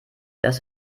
dass